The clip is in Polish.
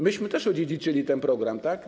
Myśmy też odziedziczyli ten program, tak?